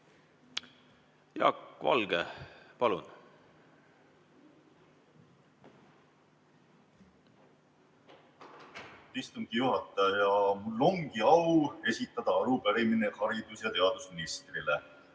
Jaak Valge, palun!